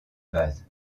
base